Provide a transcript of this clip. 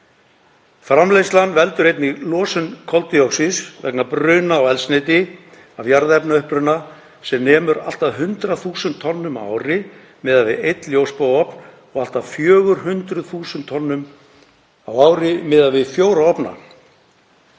Framleiðslan veldur einnig losun koldíoxíðs vegna bruna á eldsneyti af jarðefnauppruna sem nemur allt að 100.000 tonnum á ári miðað við einn ljósbogaofn og allt að 400.000 tonnum á ári miðað við fjóra